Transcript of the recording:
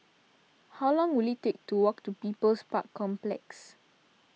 how long will it take to walk to People's Park Complex